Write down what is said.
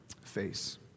face